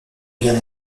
bien